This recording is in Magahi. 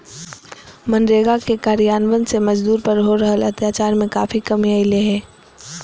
मनरेगा के कार्यान्वन से मजदूर पर हो रहल अत्याचार में काफी कमी अईले हें